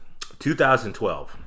2012